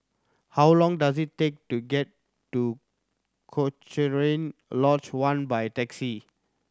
how long does it take to get to Cochrane Lodge One by taxi